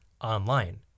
online